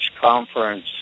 Conference